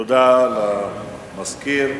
תודה למזכיר.